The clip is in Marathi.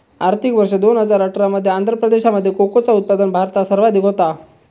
आर्थिक वर्ष दोन हजार अठरा मध्ये आंध्र प्रदेशामध्ये कोकोचा उत्पादन भारतात सर्वाधिक होता